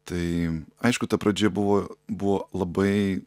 tai aišku ta pradžia buvo buvo labai